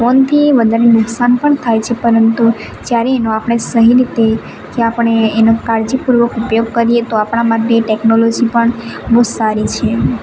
ફોનથી વધારે નુકસાન પણ થાય છે પરંતુ જ્યારે એનો આપણે સહી રીતે કે આપણે એનો કાળજીપૂર્વક ઉપયોગ કરીએ તો આપણામાં બે ટેક્નોલોજી પણ બહુ જ સારી છે